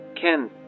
Ken